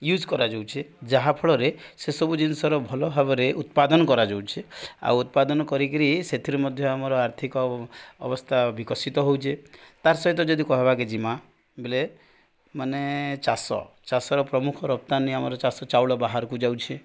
use କରାଯାଉଛେ ଯାହାଫଳରେ ସେସବୁ ଜିନିଷର ଭଲ ଭାବରେ ଉତ୍ପାଦନ କରାଯାଉଛେ ଆଉ ଉତ୍ପାଦନ କରିକିରି ସେଥିରୁ ମଧ୍ୟ ଆମର ଆର୍ଥିକ ଅବସ୍ଥା ବିକଶିତ ହେଉଛେ ତାର୍ ସହିତ ଯଦି କହିବାକେ ଯିମା ବେଲେ ମାନେ ଚାଷ ଚାଷର ପ୍ରମୁଖ ରପ୍ତାନି ଆମର ଚାଷ ଚାଉଳ ବାହାରକୁ ଯାଉଛେ